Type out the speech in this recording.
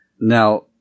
now